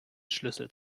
schlüssel